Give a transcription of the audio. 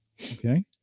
okay